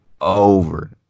over